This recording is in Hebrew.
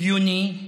הגיוני,